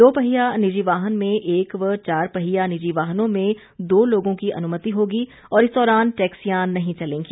दो पहिया निजी वाहन में एक व चार पहिया निजी वाहनों में दो लोगों की अनुमति होगी और इस दौरान टैक्सियां नहीं चलेगी